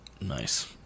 Nice